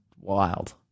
wild